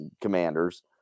commanders